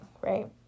right